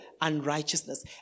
unrighteousness